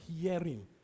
hearing